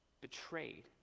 betrayed